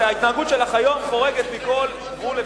ההתנהגות שלך היום חורגת מכל גבול אפשרי.